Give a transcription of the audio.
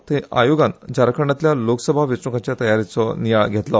थंय आयोगान झारखंडातल्या लोकसभा वेचणूकाच्या तयारेचो नियाळ घेतलो